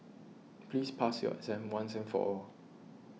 please pass your exam once and for all